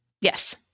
Yes